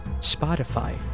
Spotify